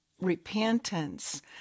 repentance